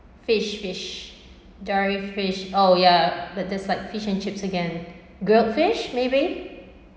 fish fish dory fish oh yeah but this like fish and chips again grilled fish maybe